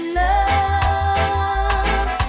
love